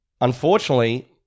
unfortunately